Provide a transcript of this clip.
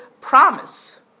promise